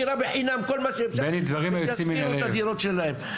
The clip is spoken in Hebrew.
דירה בחינם כל מה שאפשר ותשכירו את הדירות שלהם,